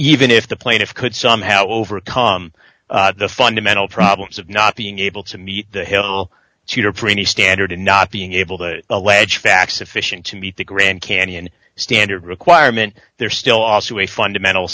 even if the plaintiff could somehow overcome the fundamental problems of not being able to meet the hill cheater pretty standard and not being able to allege facts sufficient to meet the grand canyon standard requirement there still also a fundamental